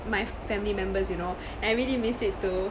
my family members you know I really miss it too